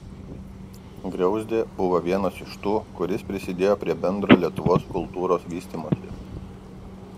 griauzdė buvo vienas iš tų kuris prisidėjo prie bendro lietuvos kultūros vystymosi